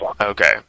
Okay